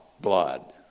blood